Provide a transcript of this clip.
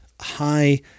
high